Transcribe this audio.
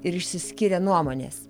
ir išsiskiria nuomonės